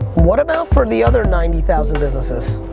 what about for the other ninety thousand businesses?